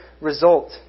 result